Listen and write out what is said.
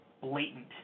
blatant